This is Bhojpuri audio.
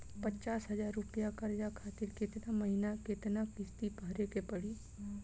पचास हज़ार रुपया कर्जा खातिर केतना महीना केतना किश्ती भरे के पड़ी?